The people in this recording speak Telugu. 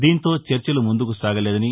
దీంతో చర్చలు ముందుకు సాగలేదని